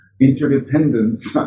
Interdependence